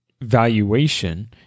valuation